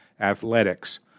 athletics